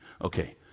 Okay